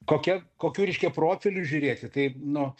kokia kokiu reiškia profilių žiūrėti tai nu